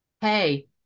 hey